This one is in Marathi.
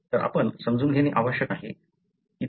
तर आपण समजून घेणे आवश्यक आहे